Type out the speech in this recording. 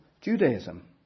Judaism